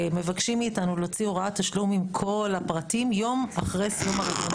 מבקשים מאתנו להוציא הוראת תשלום עם כל הפרטים יום אחרי סיום הרבעון.